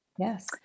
Yes